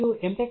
మరియు M